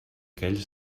aquell